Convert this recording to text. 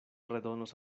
redonos